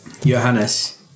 Johannes